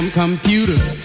computers